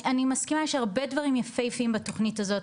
אני מסכימה שיש הרבה דברים יפיפיים בתוכנית הזאת,